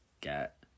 get